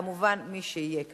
כמובן, מי שיהיה כאן.